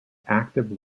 active